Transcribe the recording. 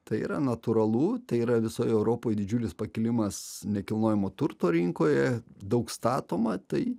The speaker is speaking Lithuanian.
tai yra natūralu tai yra visoj europoj didžiulis pakilimas nekilnojamo turto rinkoje daug statoma tai